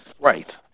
Right